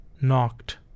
knocked